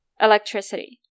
electricity